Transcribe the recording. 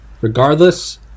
regardless